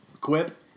Quip